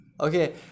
okay